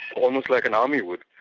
almost like an army would.